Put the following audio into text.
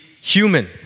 human